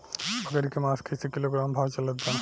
बकरी के मांस कईसे किलोग्राम भाव चलत बा?